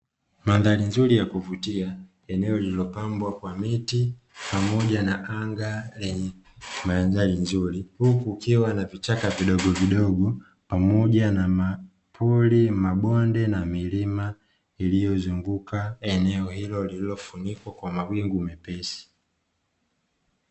Mandhari nzuri ya kuvutia yanayopambwa kwa miti pamoja na anga lenye mandhari nzuri, huku kukiwa na vichaka vidogo vidogo pamoja na mapori, mabonde na milima iliyozunguka eneo hilo lililofunikwa kwa mawingu mepesi.